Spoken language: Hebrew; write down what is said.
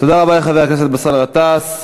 תודה רבה לחבר הכנסת באסל גטאס.